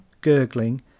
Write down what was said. gurgling